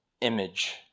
image